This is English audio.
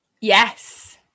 yes